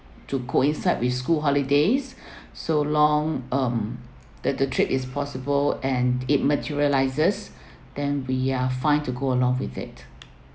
to coincide with school holidays so long um that the trip is possible and it materializes then we are fine to go along with it